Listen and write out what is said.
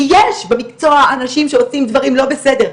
כי יש במקצוע אנשים שעושים דברים לא בסדר.